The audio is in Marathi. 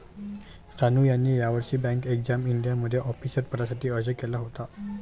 रानू यांनी यावर्षी बँक एक्झाम इंडियामध्ये ऑफिसर पदासाठी अर्ज केला होता